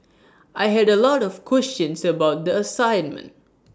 I had A lot of questions about the assignment